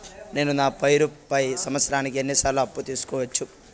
నేను నా పేరుపై సంవత్సరానికి ఎన్ని సార్లు అప్పు తీసుకోవచ్చు?